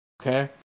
okay